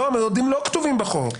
לא, המועדים לא כתובים בחוק.